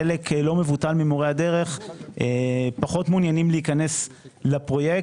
חלק לא מבוטל ממורי הדרך פחות מעוניינים להיכנס לפרויקט,